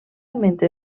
mentre